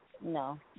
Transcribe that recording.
No